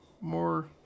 more